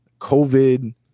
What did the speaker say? COVID